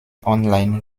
online